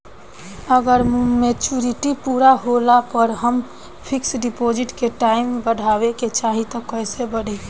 अगर मेचूरिटि पूरा होला पर हम फिक्स डिपॉज़िट के टाइम बढ़ावे के चाहिए त कैसे बढ़ी?